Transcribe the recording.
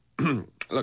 Look